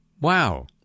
Wow